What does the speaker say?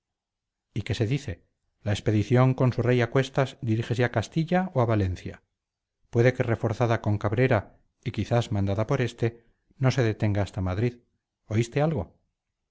y qué se dice la expedición con su rey a cuestas dirígese a castilla o a valencia puede que reforzada con cabrera y quizás mandada por este no se detenga hasta madrid oíste algo